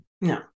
no